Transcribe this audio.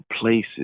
places